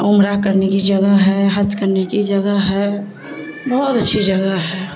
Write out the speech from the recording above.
عمرہ کرنے کی جگہ ہے حج کرنے کی جگہ ہے بہت اچھی جگہ ہے